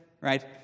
Right